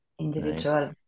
Individual